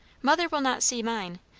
mother will not see mine.